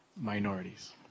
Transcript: minorities